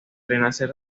renacer